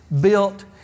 built